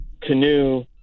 canoe